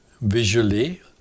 visually